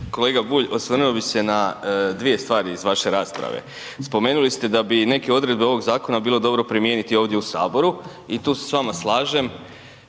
Kolega Bulj, osvrnuo bi se na svije stvari iz vaše rasprave. Spomenuli ste da bi neke odredbe ovoga zakona bilo dobro primijeniti ovdje u Saboru, i tu se s vama slažem,